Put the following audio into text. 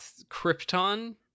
krypton